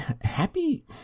happy